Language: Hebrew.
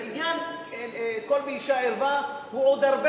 ועניין "קול באשה ערווה" הוא עוד הרבה